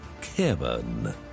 Kevin